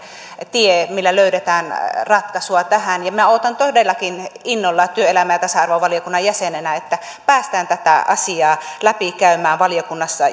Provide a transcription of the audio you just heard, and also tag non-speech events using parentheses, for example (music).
tie millä löydetään ratkaisua tähän minä odotan todellakin innolla työelämä ja tasa arvovaliokunnan jäsenenä että päästään tätä asiaa läpikäymään valiokunnassa (unintelligible)